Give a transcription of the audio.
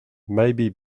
maybe